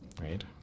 right